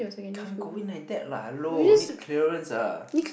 can't go in like that lah hello need clearance ah